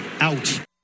out